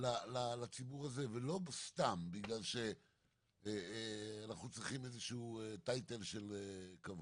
לציבור הזה ולא סתם בגלל שאנחנו צריכים איזה שהוא "טייטל" של כבוד.